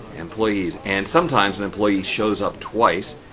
employees. and sometimes an employee shows up twice,